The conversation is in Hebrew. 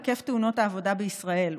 היקף תאונות העבודה בישראל,